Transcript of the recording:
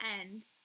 end